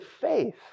faith